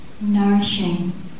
Nourishing